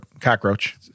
cockroach